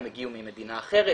הם הגיעו ממדינה אחרת,